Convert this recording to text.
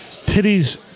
Titties